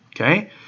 Okay